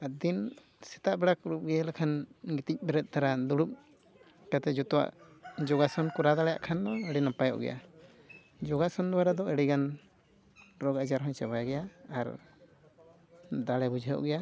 ᱟᱨ ᱫᱤᱱ ᱥᱮᱛᱟᱜ ᱵᱮᱲᱟ ᱤᱭᱟᱹ ᱞᱮᱠᱷᱟᱱ ᱜᱤᱛᱤᱡ ᱵᱮᱨᱮᱫ ᱛᱚᱨᱟ ᱫᱩᱲᱩᱵ ᱠᱟᱛᱮᱫ ᱡᱚᱛᱚᱣᱟᱜ ᱡᱳᱜᱟᱥᱚᱱ ᱠᱚᱨᱟᱣ ᱫᱟᱲᱮᱭᱟᱜ ᱠᱷᱟᱱ ᱫᱚᱢ ᱟᱹᱰᱤ ᱱᱟᱯᱟᱭᱜᱚ ᱜᱮᱭᱟ ᱡᱳᱜᱟᱥᱚᱱ ᱫᱟᱨᱟ ᱫᱚ ᱟᱹᱰᱤ ᱜᱟᱱ ᱨᱳᱜᱽ ᱟᱡᱟᱨ ᱦᱚᱸᱭ ᱪᱟᱵᱟᱭ ᱜᱮᱭᱟ ᱟᱨ ᱫᱟᱲᱮ ᱵᱩᱡᱷᱟᱹᱣᱜ ᱜᱮᱭᱟ